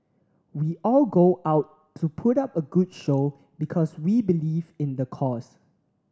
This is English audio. we go all out to put up a good show because we believe in the cause